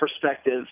perspective